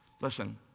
Listen